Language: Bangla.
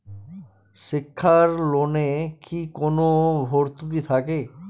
শিক্ষার লোনে কি কোনো ভরতুকি থাকে?